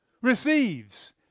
receives